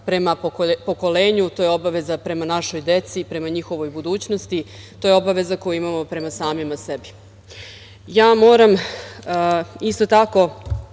prema pokoljenju. To je obaveza prema našoj deci, prema njihovoj budućnosti. To je obaveza koju imamo prema samima sebi. Moram isto tako